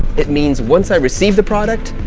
it means once i received the product,